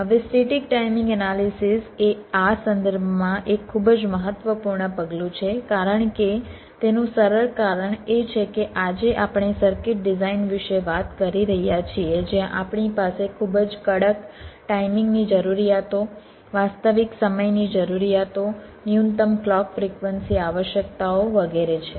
હવે static timing analysis એ આ સંદર્ભમાં એક ખૂબ જ મહત્વપૂર્ણ પગલું છે કારણ કે તેનું સરળ કારણ એ છે કે આજે આપણે સર્કિટ ડિઝાઇન વિશે વાત કરી રહ્યા છીએ જ્યાં આપણી પાસે ખૂબ જ કડક ટાઇમિંગની જરૂરિયાતો વાસ્તવિક સમયની જરૂરિયાતો ન્યૂનતમ ક્લૉક ફ્રિક્વન્સી આવશ્યકતાઓ વગેરે છે